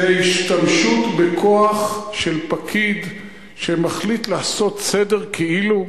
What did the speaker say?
זה שימוש בכוח של פקיד שמחליט לעשות סדר כאילו,